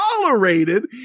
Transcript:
tolerated